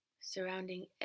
surrounding